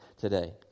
today